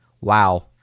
Wow